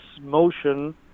motion